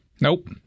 nope